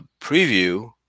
preview